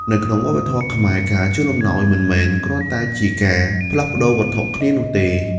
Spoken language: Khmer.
នៅក្នុងវប្បធម៌ខ្មែរ ការជូនអំណោយមិនមែនគ្រាន់តែជាការផ្លាស់ប្ដូរវត្ថុគ្នានោះទេ។